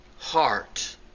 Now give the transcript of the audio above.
heart